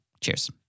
Cheers